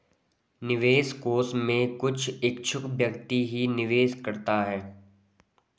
निवेश कोष में कुछ इच्छुक व्यक्ति ही निवेश करता है